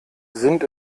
sind